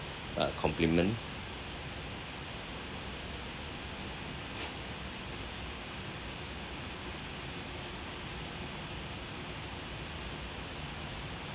uh compliment